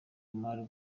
omar